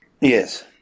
Yes